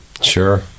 Sure